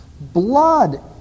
blood